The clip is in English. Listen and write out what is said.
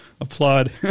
applaud